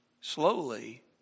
slowly